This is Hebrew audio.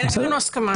אין לנו הסכמה.